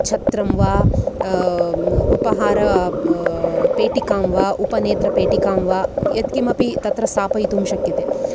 छत्रं वा उपहार पेटिकां वा उपनेत्रपेटिकां वा यत्किमपि तत्र स्थापयितुं शक्यते